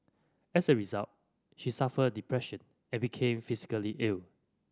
as a result she suffered depression and became physically ill